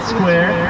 Square